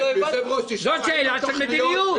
זאת שאלה של מדיניות.